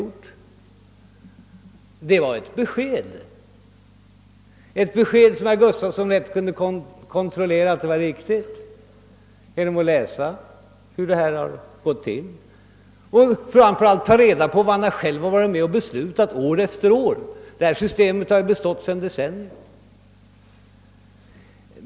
Det var ett besked, vars riktighet herr Gustavsson lätt kan kontrollera genom att läsa hur det hela har gått till. Framför allt borde herr Gustavsson ta reda på vad han själv varit med om att besluta år efter år. Detta system har bestått i decennier.